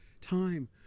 time